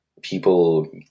people